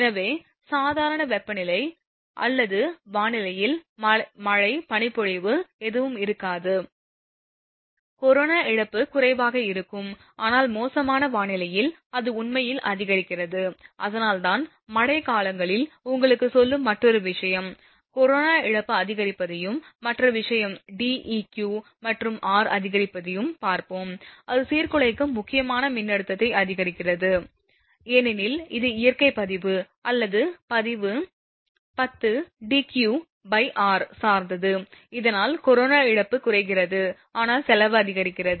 எனவே சாதாரண வெப்பநிலை அல்லது வானிலையில் மழை பனிப்பொழிவு எதுவும் இருக்காது கொரோனா இழப்பு குறைவாக இருக்கும் ஆனால் மோசமான வானிலையில் அது உண்மையில் அதிகரிக்கிறது அதனால் தான் மழைக் காலங்களில் உங்களுக்குச் சொல்லும் மற்றொரு விஷயம் கரோனா இழப்பு அதிகரிப்பதையும் மற்ற விஷயம் Deq மற்றும் r அதிகரிப்பையும் பார்ப்போம் அது சீர்குலைக்கும் முக்கியமான மின்னழுத்தத்தை அதிகரிக்கிறது ஏனெனில் இது இயற்கை பதிவு அல்லது பதிவு 10 Deqr சார்ந்தது இதனால் கரோனா இழப்பு குறைக்கிறது ஆனால் செலவு அதிகரிக்கிறது